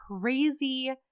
crazy